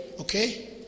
okay